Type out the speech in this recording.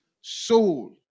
soul